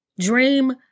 Dream